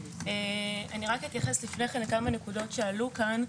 רק אתייחס לפני כן לכמה נקודות שעלו כאן.